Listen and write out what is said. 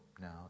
now